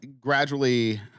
gradually